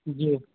جی